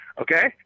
Okay